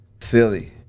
Philly